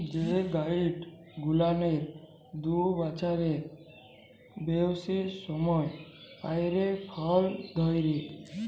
যে গাইছ গুলানের দু বচ্ছরের বেইসি সময় পইরে ফল ধইরে